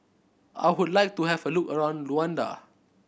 I would like to have a look around Luanda